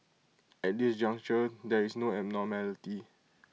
at this juncture there is no abnormality